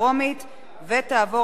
ונעבור